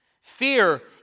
Fear